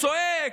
צועק.